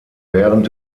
während